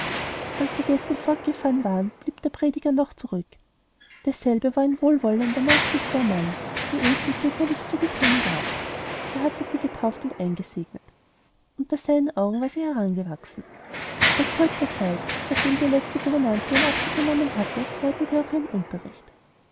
als die gäste fortgefahren waren blieb der prediger noch zurück derselbe war ein wohlwollender nachsichtiger mann der ilsen väterlich zugethan war er hatte sie getauft und eingesegnet unter seinen augen war sie herangewachsen seit kurzer zeit seitdem die letzte gouvernante ihren abschied genommen hatte leitete er auch ihren unterricht